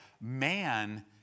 Man